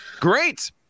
Great